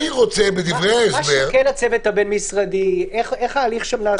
מה אמר הצוות הבין-משרדי ואיך נעשה שם ההליך.